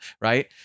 Right